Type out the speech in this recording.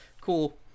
Cool